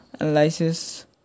analysis